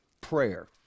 prayer